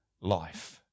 life